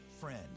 friend